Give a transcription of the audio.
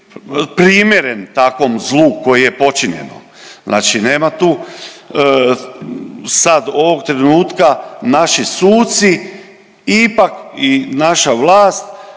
primjeren takvom zlu koje je počinjeno. Znači nema tu sad ovog trenutka naši suci ipak i naša vlast